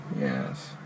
Yes